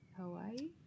Hawaii